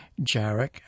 Jarek